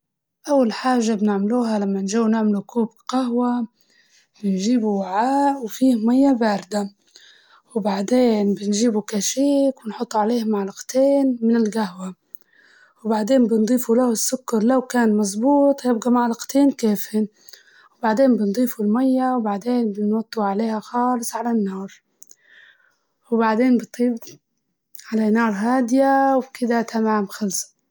أول حاجة بنعملوها لما نجوا نعملوا كوب قهوة بنجيبوا وعاء وفيه مية باردة، وبعدين بنجيبوا كاشيك ونحطه عليه ملعقتين من القهوة وبعدين بنضيفله السكر لو كان مزبوط يبقى معلقتين كيفهن، وبعدين بنضيفوا المية وبعدين بنوطوا عليها خالص على النار، وبعدين بت- على نار هادية وكدة تمام خلصت.